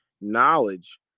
knowledge